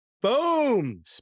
Boom